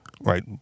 right